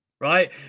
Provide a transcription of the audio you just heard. right